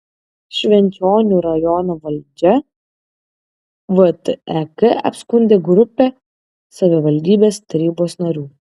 švenčionių rajono valdžią vtek apskundė grupė savivaldybės tarybos narių